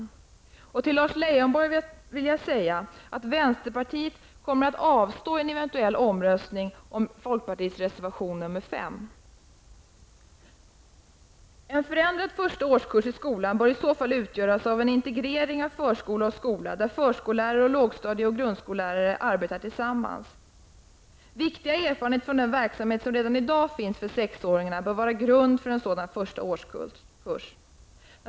Jag vill till Lars Leijonborg säga att vänsterpartiet i en eventuell omröstning om folkpartiets reservation 5 kommer att avstå. En förändrad första årskurs i skolan bör i så fall utgöras av en integrering av förskola och skola där förskollärare och lågstadie eller grundskollärare arbetar tillsammans. Viktiga erfarenheter från den verksamhet som redan i dag finns för sexåringarna bör utgöra grund för en sådan första årskurs.